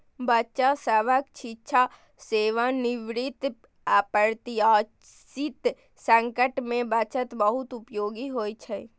बच्चा सभक शिक्षा, सेवानिवृत्ति, अप्रत्याशित संकट मे बचत बहुत उपयोगी होइ छै